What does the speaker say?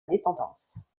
dépendance